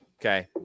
Okay